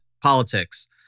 politics